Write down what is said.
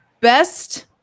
best